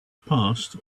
past